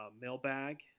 mailbag